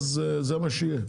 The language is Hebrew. אז זה מה שיהיה.